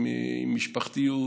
עם משפחתיות,